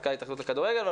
סמנכ"ל התאחדות לכדורגל.